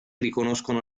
riconoscono